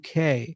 UK